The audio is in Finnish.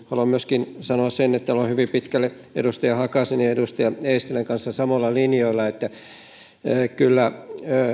haluan myöskin sanoa sen että olen hyvin pitkälle edustaja hakasen ja edustaja eestilän kanssa samoilla linjoilla että kyllä